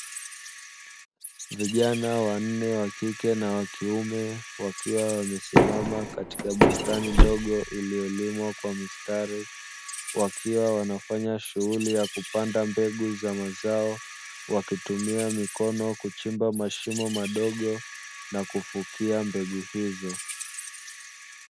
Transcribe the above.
Vijana wanne wa kike na wa kiume wakiwa wamesimama katika bustani ndogo iliyolimwa kwa mistari, wakiwa wanafanya shughuli ya kupanda mbegu za mazao wakitumia mikono kuchimba mashimo madogo na kufukia mbegu hizo.